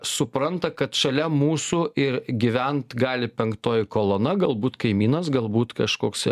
supranta kad šalia mūsų ir gyvent gali penktoji kolona galbūt kaimynas galbūt kažkoks